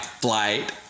flight